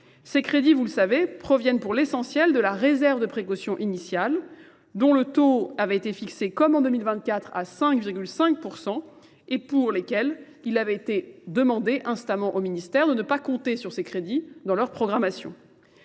Ces crédits, vous le savez, proviennent pour l'essentiel de la réserve de précaution initiale dont le taux avait été fixé comme en 2024 à 5,5% et pour lesquels il avait été demandé instamment au ministère de ne pas compter sur ces crédits dans leur programmation